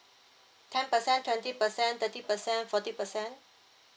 ten percent twenty percent thirty percent forty percent